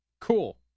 Cool